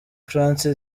france